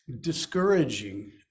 discouraging